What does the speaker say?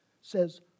says